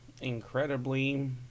incredibly